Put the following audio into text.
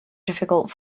difficult